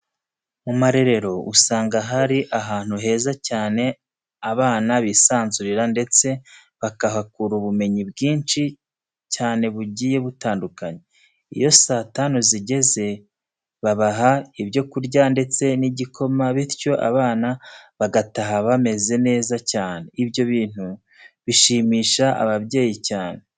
Mu marerero usanga ari ahantu heza cyane abana bisanzurira ndetse bakahakura ubumenyi bwinshi cyane bugiye butandukanye. Iyo saa tanu zigeze babaha ibyo kurya ndetse n'igikoma bityo abana bagataha bameze neza cyane. Ibyo bintu bishimisha ababyeyi cyane.